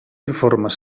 informes